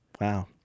Wow